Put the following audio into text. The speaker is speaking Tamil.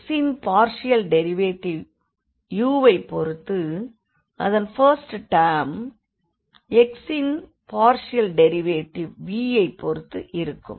x ன் பார்ஷியல் டெரிவேடிவ் uவைப் பொறுத்து அதன் ஃபர்ஸ்ட் டேர்ம் x ன் பார்ஷியல் டெரிவேடிவ் v யைப் பொறுத்து இருக்கும்